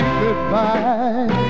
goodbye